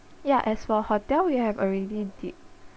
ya as for hotel we have already did